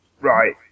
Right